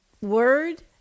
word